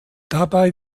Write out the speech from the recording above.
dabei